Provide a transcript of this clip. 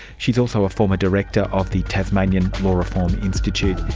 she is also a former director of the tasmanian law reform institute,